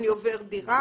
אני עובר דירה.